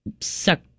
suck